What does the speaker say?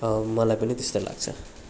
अँ मलाई पनि त्यस्तै लाग्छ